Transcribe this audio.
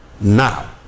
now